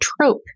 trope